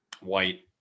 white